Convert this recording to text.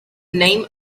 name